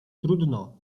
trudno